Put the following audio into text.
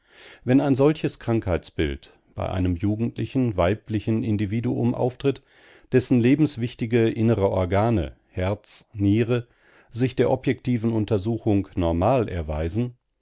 wenn ein solches krankheitsbild bei einem jugendlichen weiblichen individuum auftritt dessen lebenswichtige innere organe herz niere sich der objektiven untersuchung normal erweisen